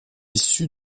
issu